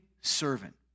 servant